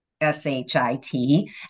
S-H-I-T